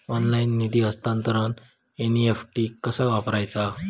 Online निधी हस्तांतरणाक NEFT कसा वापरायचा?